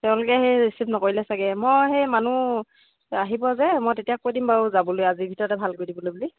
তেওঁলোকে সেই ৰিচিভ নকৰিলে চাগে মই সেই মানুহ আহিব যে মই তেতিয়া কৈ দিম বাৰু যাবলৈ আজিৰ ভিতৰতে ভাল কৰি দিবলৈ বুলি